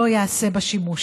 לא ייעשה בה שימוש.